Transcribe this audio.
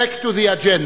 Back to the agenda.